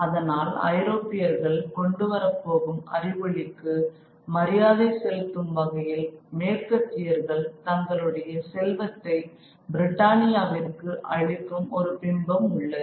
அதனால் ஐரோப்பியர்கள் கொண்டு வரப் போகும் அறிவொளிக்கு மரியாதை செலுத்தும் வகையில் மேற்கத்தியர்கள் தங்களுடைய செல்வத்தை பிரிட்டானியாவிற்கு அளிக்கும் ஒரு பிம்பம் உள்ளது